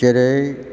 जेरै